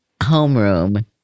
homeroom